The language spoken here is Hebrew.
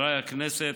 חברי הכנסת,